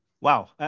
Wow